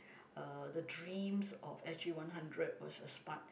uh the dreams of s_g one hundred was a smart